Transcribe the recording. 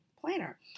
planner